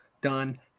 done